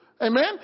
Amen